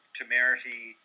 temerity